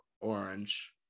orange